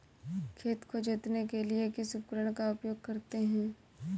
खेत को जोतने के लिए किस उपकरण का उपयोग करते हैं?